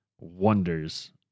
wonders